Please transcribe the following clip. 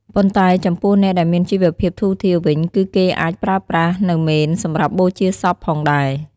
ប៉ុន្តែចំពោះអ្នកដែលមានជីវភាពធូធារវិញគឺគេអាចប្រើប្រាស់ នូវមេនសម្រាប់បូជាសពផងដែរ។